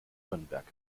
nürnberg